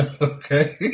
Okay